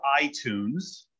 iTunes